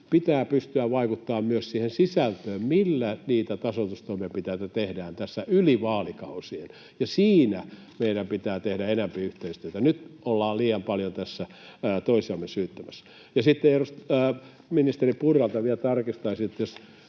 pitää pystyä vaikuttamaan myös siihen sisältöön, millä niitä tasoitustoimenpiteitä tehdään tässä yli vaalikausien. Siinä meidän pitää tehdä enempi yhteistyötä. Nyt ollaan liian paljon tässä toisiamme syyttämässä. Ja sitten ministeri Purralta vielä tarkistaisin, että jos